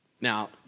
Now